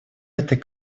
этой